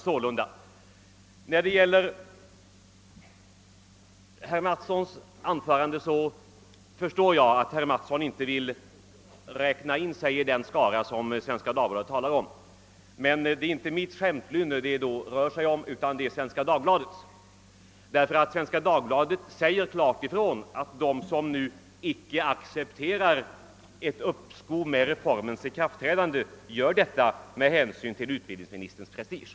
vill jag säga att jag förstår att han inte vill inräknas i den skara Svenska Dagbladet talar om. Men det är här inte fråga om mitt skämtlynne utan om tidningens. Svenska Dagbladet säger nämligen att de som nu inte accepterar ett uppskov med reformens ikraftträdande hävdar denna uppfattning med hänsyn till utbildningsministerns prestige.